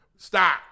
Stop